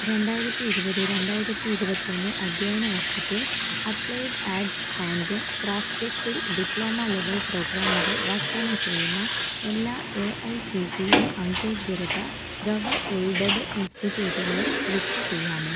രണ്ടായിരത്തി ഇരുപത് രണ്ടായിരത്തി ഇരുപത്തൊന്ന് അധ്യയന വർഷത്തിൽ അപ്ലൈഡ് ആർട്സ് ആൻഡ് ക്രാഫ്റ്റ്സിൽ ഡിപ്ലോമ ലെവൽ പ്രോഗ്രാമുകൾ വാഗ്ദാനം ചെയ്യുന്ന എല്ലാ A I C T E അംഗീകൃത ഗവ എയ്ഡഡ് ഇൻസ്റ്റിട്യൂട്ടുകളും ലിസ്റ്റ് ചെയ്യാമോ